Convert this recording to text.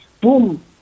boom